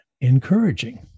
encouraging